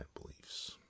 beliefs